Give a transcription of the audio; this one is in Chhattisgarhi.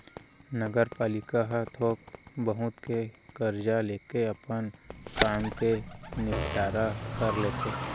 नगरपालिका ह थोक बहुत के करजा लेके अपन काम के निंपटारा कर लेथे